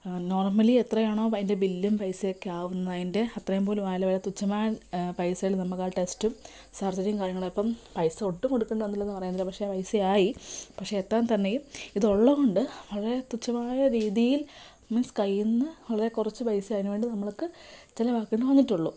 normally എത്രയാണോ അതിൻ്റെ ബില്ലും പൈസയൊക്കെ ആവുന്ന അതിൻ്റെ അത്രയും പോലും ആയില്ല വളരെ തുച്ഛമായ പൈസയില് നമുക്ക് ആ ടെസ്റ്റും സർജറി കാര്യങ്ങളും അപ്പം പൈസ ഒട്ടും കൊടുക്കേണ്ടി വന്നില്ലന്ന് പറയുന്നില്ല പക്ഷേ പൈസ ആയി പക്ഷെ എന്നാൽ തന്നെയും ഇത് ഉള്ള കൊണ്ട് വളരെ തുച്ഛമായ രീതിയിൽ മീൻസ് കൈയ്യിന്ന് വളരെ കുറച്ച് പൈസ അതിനുവേണ്ടി നമ്മൾക്ക് ചിലവാക്കേണ്ടി വന്നിട്ടുള്ളൂ